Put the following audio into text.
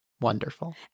Wonderful